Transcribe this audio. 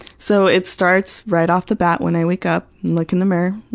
so, it starts right off the bat, when i wake up and look in the mirror.